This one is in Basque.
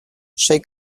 sei